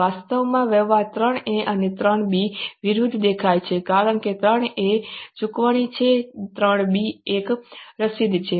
વાસ્તવમાં વ્યવહાર 3 a અને 3 b વિરુદ્ધ દેખાય છે કારણ કે 3 a એ ચુકવણી છે 3 b એ એક રસીદ છે